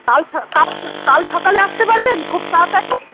কাল কাল কাল সকালে আসতে পারবেন খুব তাড়াতাড়ি